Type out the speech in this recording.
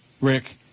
Rick